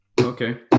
okay